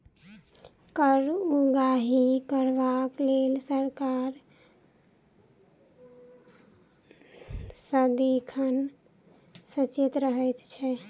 कर उगाही करबाक लेल सरकार सदिखन सचेत रहैत छै